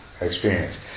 experience